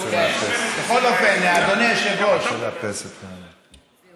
בכל אופן, אדוני היושב-ראש, אנחנו